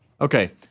Okay